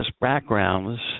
backgrounds